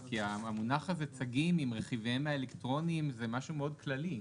כי המונח הזה "צגים עם רכיביהם האלקטרוניים" זה משהו מאוד כללי.